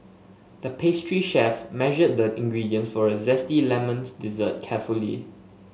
the pastry chef measured the ingredients for a zesty lemons dessert carefully